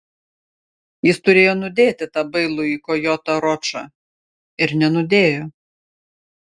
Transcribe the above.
jis turėjo nudėti tą bailųjį kojotą ročą ir nenudėjo